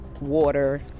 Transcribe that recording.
water